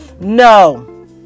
No